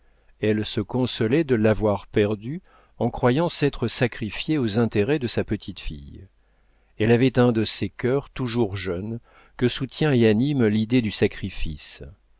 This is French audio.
elle se consolait de l'avoir perdue en croyant s'être sacrifiée aux intérêts de sa petite fille elle avait un de ces cœurs toujours jeunes que soutient et anime l'idée du sacrifice